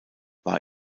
war